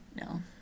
No